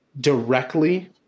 directly